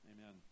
Amen